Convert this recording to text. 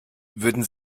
würden